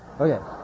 Okay